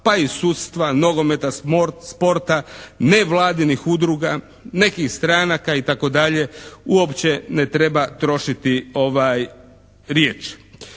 pa i sudstva, nogometa, sporta, nevladinih udruga, nekih stranaka itd. uopće ne treba trošiti riječ.